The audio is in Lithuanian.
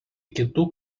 kitų